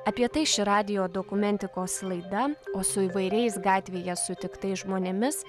apie tai ši radijo dokumentikos laida o su įvairiais gatvėje sutiktais žmonėmis